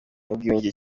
n’ubwiyunge